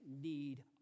need